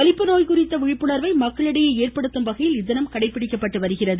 வலிப்பு நோய் குறித்த விழிப்புணர்வை மக்களிடையே ஏற்படுத்தும் வகையில் இத்தினம் கடைபிடிக்கப்படுகிறது